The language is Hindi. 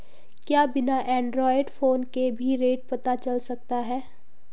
क्या बिना एंड्रॉयड फ़ोन के भी रेट पता चल सकता है?